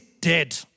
dead